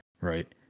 right